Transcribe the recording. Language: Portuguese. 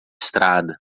estrada